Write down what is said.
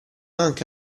anche